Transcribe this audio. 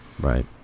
Right